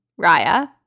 Raya